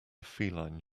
feline